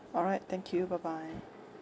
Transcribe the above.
all right thank you bye bye